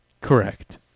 correct